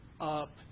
up